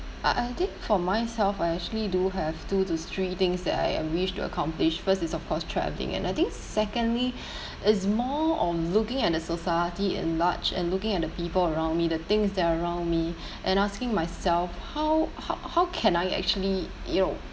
I I think for myself I actually do have two to three things that I wish to accomplish first is of course travelling and I think secondly is more of looking at the society at large and looking at the people around me the things that are around me and asking myself how how how can I actually you know